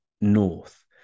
north